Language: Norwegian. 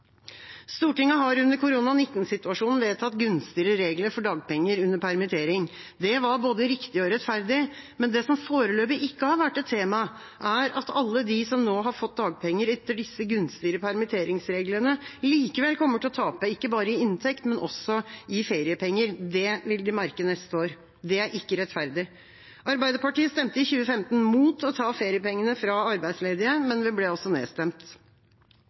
Stortinget har i covid-19-situasjonen vedtatt gunstigere regler for dagpenger under permittering. Det var både riktig og rettferdig, men det som foreløpig ikke har vært et tema, er at alle de som nå har fått dagpenger etter disse gunstigere permitteringsreglene, likevel kommer til å tape, ikke bare i inntekt, men også i feriepenger. Det vil de merke neste år. Det er ikke rettferdig. Arbeiderpartiet stemte i 2015 imot å ta feriepengene fra arbeidsledige, men det ble nedstemt.